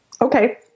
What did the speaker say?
Okay